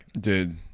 Dude